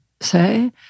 say